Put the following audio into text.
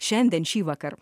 šiandien šįvakar